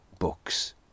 books